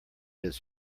his